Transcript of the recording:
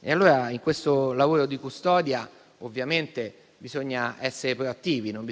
natura. In questo lavoro di custodia, allora, bisogna essere ovviamente proattivi, non